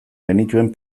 genituen